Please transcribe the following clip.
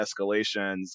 escalations